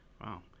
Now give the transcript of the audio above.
wow